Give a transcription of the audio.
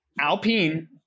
Alpine